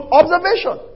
observation